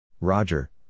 Roger